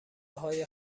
های